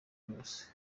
bose